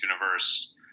universe